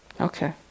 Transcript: Okay